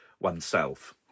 oneself